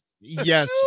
Yes